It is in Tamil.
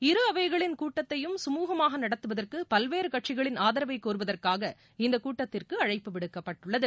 இரு அவைகளின் கூட்டத்தையும் கமூகமாக நடத்துதற்கு பல்வேறு கட்சிகளின் ஆதரவை கோருவதற்காக இந்தக் கூட்டத்திற்கு அழைப்பு விடுக்கப்பட்டுள்ளது